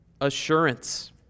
Assurance